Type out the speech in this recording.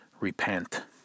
repent